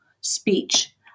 speech